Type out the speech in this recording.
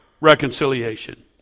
reconciliation